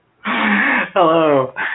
Hello